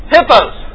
Hippos